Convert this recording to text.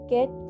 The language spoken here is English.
Get